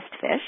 fish